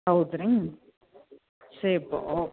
ಹೌದು ರೀ ಸೇಪು ಓ